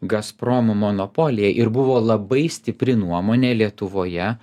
gazprom monopolija ir buvo labai stipri nuomonė lietuvoje